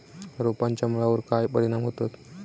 रोपांच्या मुळावर काय परिणाम होतत?